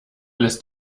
lässt